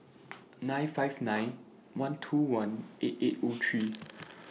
nine five nine one two one eight eight O three